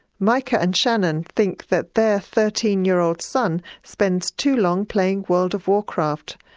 mica and shannon think that their thirteen year old son spends too long playing world of warcraft,